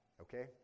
okay